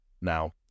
now